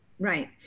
Right